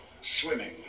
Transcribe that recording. swimming